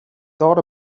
thought